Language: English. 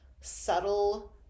subtle